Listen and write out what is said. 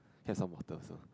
get some water also